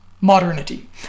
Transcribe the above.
modernity